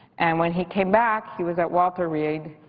and when he came back, he was at walter reed,